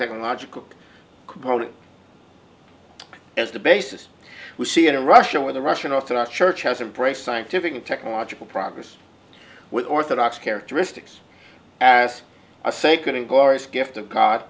technological component as the basis we see it in russia where the russian orthodox church hasn't braced scientific and technological progress with orthodox characteristics as a sacred and glorious gift of god